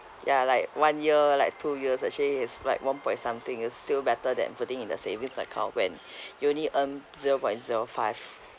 ya like one year like two years actually it's like one point something it's still better than putting in the savings account when you only earn zero point zero five